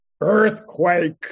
earthquake